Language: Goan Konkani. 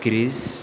ग्रीस